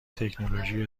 تکنولوژی